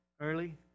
early